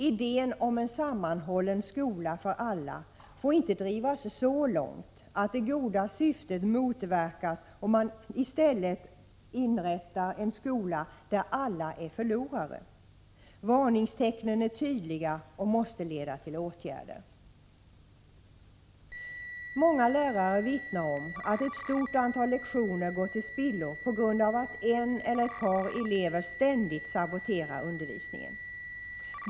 Idén om en sammanhållen skola för alla får inte drivas så långt att det goda syftet motverkas och man i stället skapar en skola där alla är förlorare. Varningstecknen är tydliga och måste leda till åtgärder. Många lärare vittnar om att ett stort antal lektioner går till spillo på grund av att en eller ett par elever ständigt saboterar undervisningen.